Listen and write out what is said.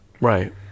Right